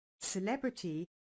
celebrity